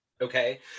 Okay